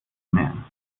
merken